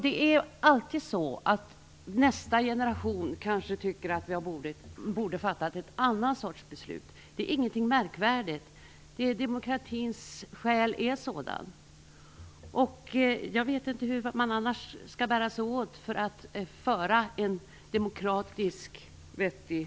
Det är alltid så att nästa generation kanske tycker att det borde ha fattats ett annat beslut. Det är inget märkvärdigt. Demokratins själ är sådan. Jag vet inte hur man annars skall bära sig åt för att föra en vettig demokratisk politik.